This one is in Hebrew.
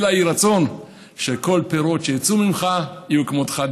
אלא יהי רצון שכל פירות שייצאו ממך, יהיו כמותך.